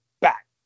back